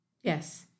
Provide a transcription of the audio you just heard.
Yes